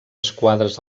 esquadres